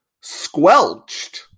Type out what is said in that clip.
squelched